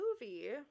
movie